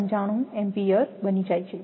95 ampere બની જાય છે